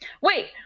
wait